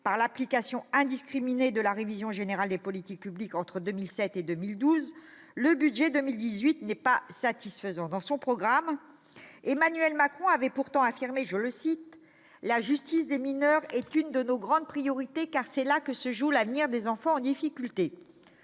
par l'application indiscriminée de la révision générale des politiques publiques entre 2007 et 2012, le budget pour 2018 n'est pas satisfaisant. Dans son programme, Emmanuel Macron avait pourtant affirmé :« La justice des mineurs est une de nos grandes priorités, car c'est là que se joue l'avenir des enfants en difficulté.